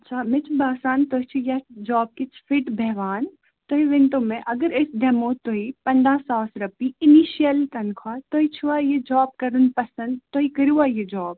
اچھا مےٚ چھُ باسان تُہۍ چھِو یَتھ جاب کِتۍ فِٹ بیٚہوان تُہۍ ؤنۍتَو مےٚ اگر أسۍ دِمو تۄہہِ پنٛداہ ساس رۄپیہِ اِنِشیٚل تَنخواہ تُہۍ چھِوا یہِ جاب کَرٕنۍ پَسَنٛد تُہۍ کٔرۍوا یہِ جاب